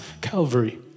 Calvary